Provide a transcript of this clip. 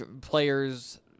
players